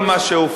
כל מה שהובטח,